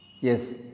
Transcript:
Yes